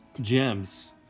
gems